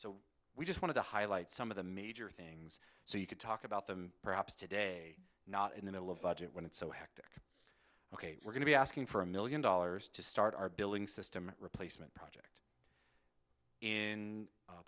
so we just wanted to highlight some of the major things so you could talk about them perhaps today not in the middle of budget when it's so hectic ok we're going to be asking for a million dollars to start our billing system replacement project in